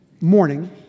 morning